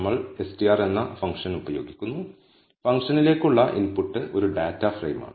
നമ്മൾ str എന്ന function ഉപയോഗിക്കുന്നു ഫംഗ്ഷനിലേക്കുള്ള ഇൻപുട്ട് ഒരു ഡാറ്റഫ്രെയിമാണ്